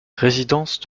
résidence